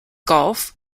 golf